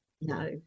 No